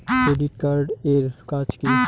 Credit card এর কাজ কি?